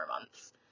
months